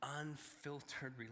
unfiltered